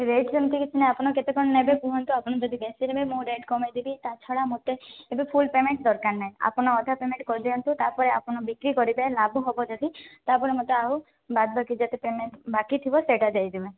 rate ସେମିତି କିଛି ନାହିଁ ଆପଣ କେତେ କଣ ନେବେ କୁହନ୍ତୁ ଆପଣ ଯଦି ବେଶୀ ନେବେ ମୁଁ ରେଟ୍ କମେଇ ଦେବି ତା ଛଡ଼ା ମୋତେ ଏବେ ଫୁଲ୍ ପେମେଣ୍ଟ୍ ଦରକାର ନାହିଁ ଆପଣ ଅଧା ପେମେଣ୍ଟ୍ କରିଦିଅନ୍ତୁ ତାପରେ ଆପ ବିକ୍ରି କରିବେ ଲାଭ ହେବ ଯଦି ତାପରେ ମୋତେ ଆଉ ଯେତେ ପେମେଣ୍ଟ୍ ବାକିଥିବ ସେଇଟା ଦେଇଦେବେ